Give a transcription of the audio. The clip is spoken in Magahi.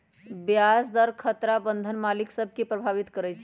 ब्याज दर खतरा बन्धन मालिक सभ के प्रभावित करइत हइ